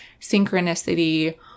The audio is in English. synchronicity